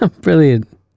brilliant